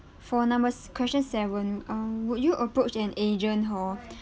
for numbers question seven um would you approach an agent or